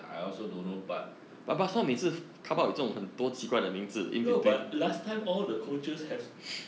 I also don't know but no but last time all the coaches have